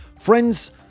friends